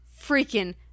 freaking